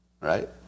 Right